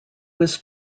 was